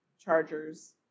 Chargers